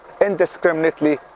indiscriminately